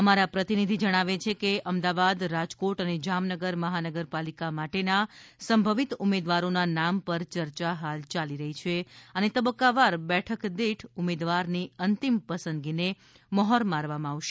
અમારા પ્રતિનિધિ જણાવે છે કે અમદાવાદ રાજકોટ અને જામનગર મહાનગરપાલિકા માટેના સંભવિત ઉમેદવારોના નામ પર ચર્ચા હાલ યાલી રહી છે અને તબક્કાવાર બેઠક દીઠ ઉમેદવારની અંતિમ પસંદગીને મહોર મારવામાં આવશે